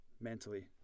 mentally